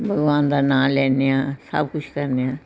ਭਗਵਾਨ ਦਾ ਨਾਮ ਲੈਂਦੇ ਹਾਂ ਸਭ ਕੁਝ ਕਰਦੇ ਹਾਂ